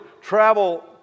travel